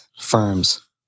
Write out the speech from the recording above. firms